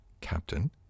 Captain